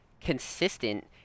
consistent